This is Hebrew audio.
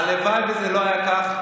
והלוואי שזה לא היה כך.